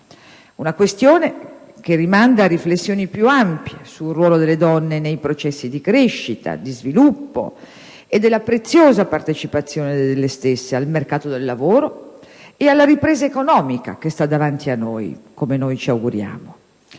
Una questione che rimanda a riflessioni più ampie sul ruolo delle donne nei processi di crescita, di sviluppo e della preziosa partecipazione delle stesse al mercato del lavoro e alla ripresa economica che sta davanti a noi, come ci auguriamo.